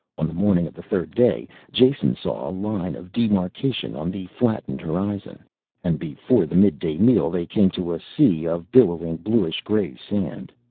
on the morning of the third day jason saw a line of demarcation on the flattened horizon and before the midday meal they came to a sea of billowing, bluish-gray sand.